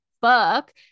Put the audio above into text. fuck